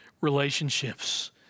relationships